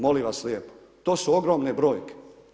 Molim vas lijepo, to su ogromne brojke.